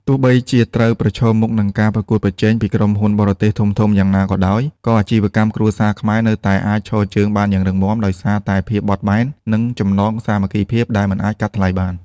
ទោះបីជាត្រូវប្រឈមមុខនឹងការប្រកួតប្រជែងពីក្រុមហ៊ុនបរទេសធំៗយ៉ាងណាក៏ដោយ ក៏អាជីវកម្មគ្រួសារខ្មែរនៅតែអាចឈរជើងបានយ៉ាងរឹងមាំ ដោយសារតែភាពបត់បែន និងចំណងសាមគ្គីភាពដែលមិនអាចកាត់ថ្លៃបាន។